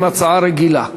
עם הצעה רגילה.